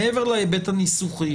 מעבר להיבט הניסוחי,